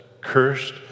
Cursed